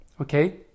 Okay